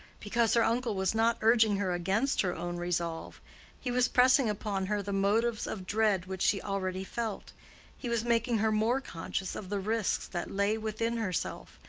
because her uncle was not urging her against her own resolve he was pressing upon her the motives of dread which she already felt he was making her more conscious of the risks that lay within herself.